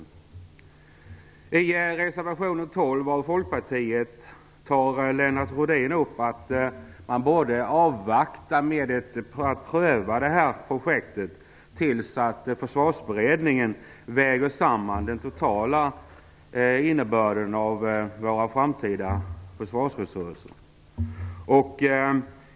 I den folkpartistiska reservationen nr 12 framhåller Lennart Rohdin att man borde avvakta med att pröva projekt YS 2000 till dess att Försvarsberedningen väger samman våra totala framtida försvarsresurser.